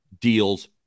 deals